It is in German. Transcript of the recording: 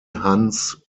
hans